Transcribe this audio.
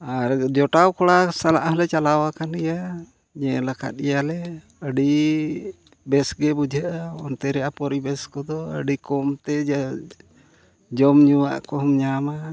ᱟᱨ ᱡᱚᱴᱟᱣ ᱠᱚᱲᱟ ᱥᱟᱞᱟᱜ ᱦᱚᱸᱞᱮ ᱪᱟᱞᱟᱣ ᱟᱠᱟᱱ ᱜᱮᱭᱟ ᱧᱮᱞ ᱟᱠᱟᱫ ᱜᱮᱭᱟᱞᱮ ᱟᱹᱰᱤ ᱵᱮᱥ ᱜᱮ ᱵᱩᱡᱷᱟᱹᱜᱼᱟ ᱚᱱᱛᱮ ᱨᱮᱭᱟᱜ ᱯᱚᱨᱤᱵᱮᱥ ᱠᱚᱫᱚ ᱟᱹᱰᱤ ᱠᱚᱢᱛᱮ ᱡᱚᱢᱼᱧᱩᱣᱟᱜ ᱠᱚᱦᱚᱢ ᱧᱟᱢᱟ